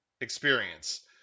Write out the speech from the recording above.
experience